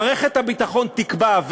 מערכת הביטחון תקבע,